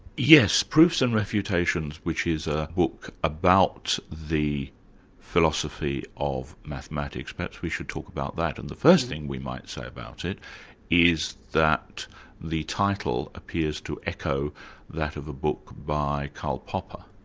yes, proofs and refutations, which is a book about the philosophy of mathematics. perhaps we should talk about that, and the first thing we might say about it is that the title appears to echo that of a book by karl popper.